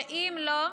ואם לא,